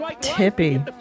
Tippy